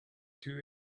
two